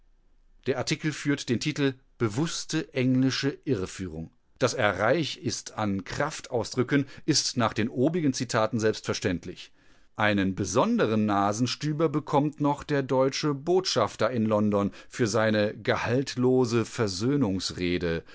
der artikel führt den titel bewußte englische irreführung daß er reich ist an kraftausdrücken ist nach den obigen zitaten selbstverständlich einen besonderen nasenstüber bekommt noch der deutsche botschafter in london für seine gehaltlose